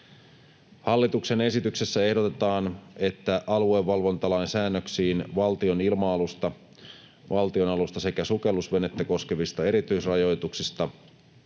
Hallituksen esityksessä ehdotetaan, että aluevalvontalain säännöksiin valtionilma-alusta, valtionalusta sekä sukellusvenettä koskevista erityisrajoituksista